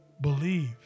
believe